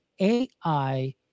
ai